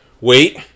Wait